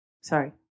Sorry